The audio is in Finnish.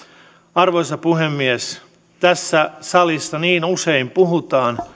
arvoisa puhemies tässä salissa niin usein puhutaan